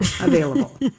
available